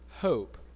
hope